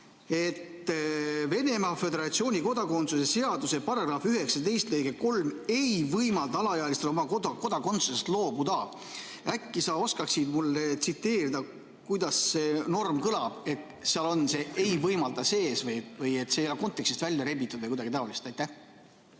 et Venemaa Föderatsiooni kodakondsuse seaduse § 19 lõige 3 ei võimalda alaealistel oma kodakondsusest loobuda. Äkki sa oskad mulle tsiteerida, kuidas see norm kõlab? Kas seal on see "ei võimalda" sees ja see ei ole kontekstist välja rebitud või midagi taolist? Suur